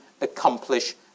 accomplish